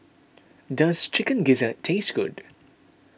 does Chicken Gizzard taste good